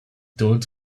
told